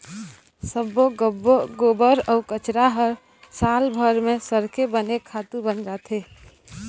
सब्बो गोबर अउ कचरा ह सालभर म सरके बने खातू बन जाथे